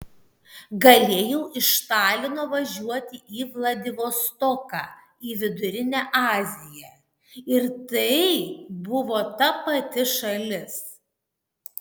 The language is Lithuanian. galėjau iš talino važiuoti į vladivostoką į vidurinę aziją ir tai buvo ta pati šalis